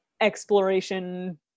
exploration